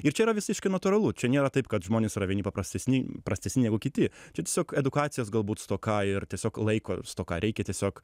ir čia yra visiškai natūralu čia nėra taip kad žmonės yra vieni paprastesni prastesni negu kiti čia tiesiog edukacijos galbūt stoka ir tiesiog laiko stoka reikia tiesiog